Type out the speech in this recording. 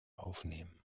aufnehmen